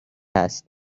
هست